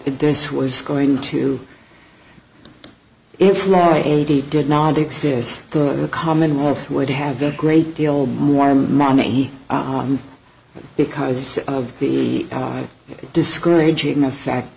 who was going to if larry eighty did not exist the commonwealth would have a great deal more money because of the discouraging effect